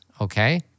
okay